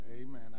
Amen